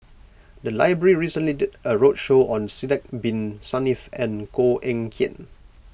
the library recently did a roadshow on Sidek Bin Saniff and Koh Eng Kian